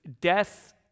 death